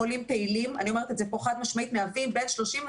חולים פעילים אני אומרת את זה פה חד-משמעית מהווים בין 30%